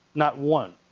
not one.